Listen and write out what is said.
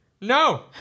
No